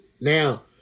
Now